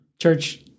Church